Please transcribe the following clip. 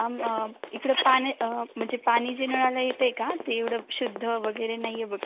आम् इकडे पाणी म्हणजे पाणी जे नळाला येत आहे का ते एवढं शुद्ध वगैरे नाही आहे बघा